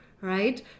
Right